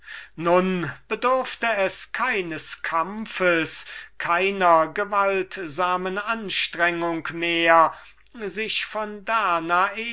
nun brauchte es keinen kampf keine bestrebung mehr sich von danae